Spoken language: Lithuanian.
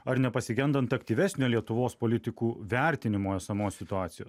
ar nepasigendant aktyvesnio lietuvos politikų vertinimo esamos situacijos